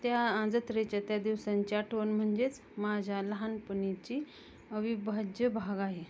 त्या जत्रेच्या त्या दिवसांची आठवण म्हणजेच माझ्या लहानपणीची अविभज्य भाग आहे